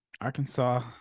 Arkansas